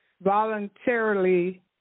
Voluntarily